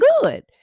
good